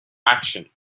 action